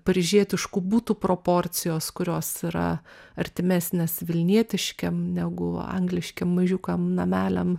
paryžietiškų būtų proporcijos kurios yra artimesnės vilnietiškiem negu angliškiem mažiukam nameliam